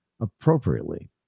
appropriately